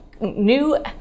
new